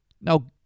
Now